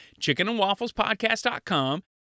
chickenandwafflespodcast.com